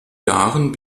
jahren